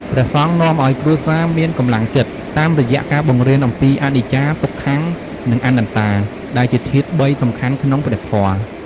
ព្រះសង្ឃនាំឲ្យគ្រួសារមានកម្លាំងចិត្ត តាមរយៈការបង្រៀនអំពីអនិច្ចា ទុក្ខំ និងអនត្តាដែលជាធាតុបីសំខាន់ក្នុងព្រះធម៌។